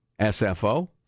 SFO